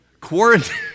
Quarantine